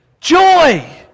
Joy